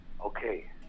okay